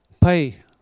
pay